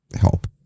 help